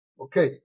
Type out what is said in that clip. Okay